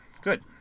good